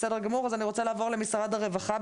בסדר גמור, אז אני רוצה לעבור למשרד הרווחה.